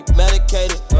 medicated